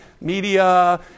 media